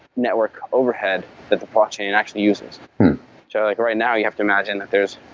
network overhead that the blockchain and actually uses yeah like right now you have to imagine that there is